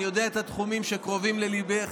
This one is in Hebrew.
אני יודע את התחומים שקרובים לליבך,